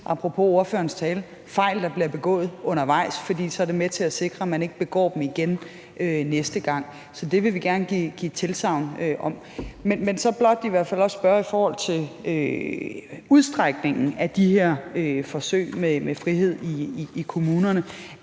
apropos ordførerens tale – fejl, der bliver begået undervejs, for så er det med til at sikre, at man ikke begår dem igen næste gang. Så det vil vi gerne give tilsagn om. Jeg vil så blot også spørge til udstrækningen af de her forsøg med frihed i kommunerne.